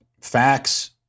facts